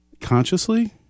consciously